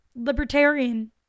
libertarian